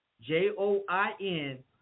J-O-I-N